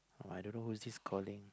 I don't know who is this calling